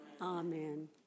Amen